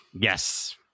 Yes